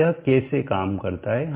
अब यह कैसे काम करता है